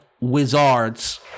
Wizards